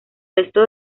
resto